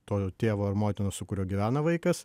to tėvo ar motinos su kuriuo gyvena vaikas